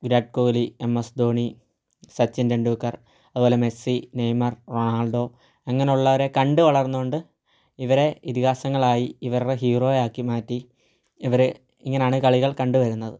Virat Kohli M S Dhoni Sachin Tendulkar അതുപോലെ Messi Neymar Ronaldo അങ്ങനെയുള്ളവരെ കണ്ട് വളർന്നതുകൊണ്ട് ഇവരെ ഇതിഹാസങ്ങളായി ഇവരുടെ ഹീറോ ആക്കിമാറ്റി ഇവരെ ഇങ്ങനെയാണ് കളികൾ കണ്ടുവരുന്നത്